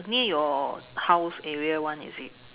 near your house area [one] is it